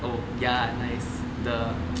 oh ya nice the